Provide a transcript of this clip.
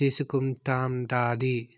తీసుకుంటాండాది